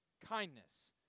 kindness